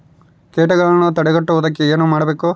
ಕೇಟಗಳನ್ನು ತಡೆಗಟ್ಟುವುದಕ್ಕೆ ಏನು ಮಾಡಬೇಕು?